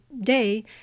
day